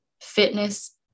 fitness